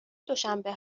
دوشنبه